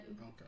Okay